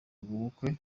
ubukwe